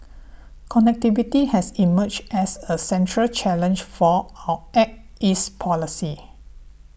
connectivity has emerged as a central challenge for our Act East policy